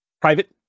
private